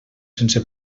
sense